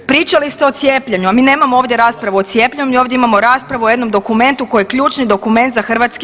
Pričali ste o cijepljenju, a mi nemamo ovdje raspravu o cijepljenju mi ovdje imamo raspravu o jednom dokumentu koji je ključni dokument za HS.